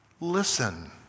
listen